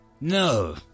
No